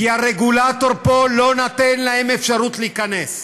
הרגולטור פה לא נותן להם אפשרות להיכנס.